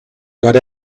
got